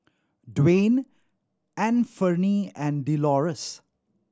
Dwain Anfernee and Delores